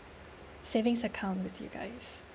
savings account with you guys